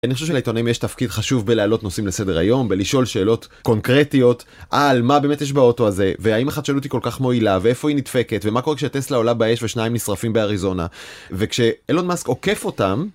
אני חושב שלעיתונאים יש תפקיד חשוב בלהעלות נושאים לסדר היום, בלשאול שאלות קונקרטיות על מה באמת יש באוטו הזה, והאם החדשנות היא כל כך מועילה, ואיפה היא נדפקת, ומה קורה כשהטסלה עולה באש ושניים נשרפים באריזונה. וכשאילון מאסק עוקף אותם...